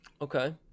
Okay